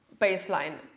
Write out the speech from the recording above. baseline